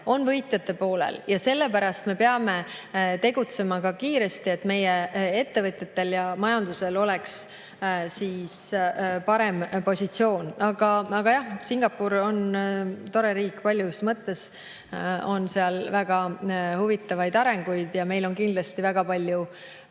on võitjate poolel ja sellepärast me peame tegutsema kiiresti, et meie ettevõtjatel ja majandusel oleks parem positsioon. Aga jah, Singapur on tore riik, seal on palju väga huvitavaid arenguid ja meil on kindlasti väga palju